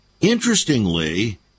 Interestingly